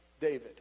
David